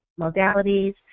modalities